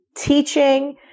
teaching